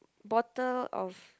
bottle of